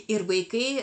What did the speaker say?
ir vaikai